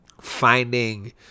Finding